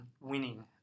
winning